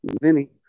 Vinny